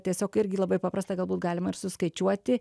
tiesiog irgi labai paprasta galbūt galima ir suskaičiuoti